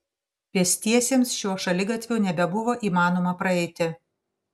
pėstiesiems šiuo šaligatviu nebebuvo įmanoma praeiti